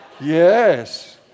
Yes